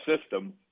system